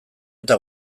eta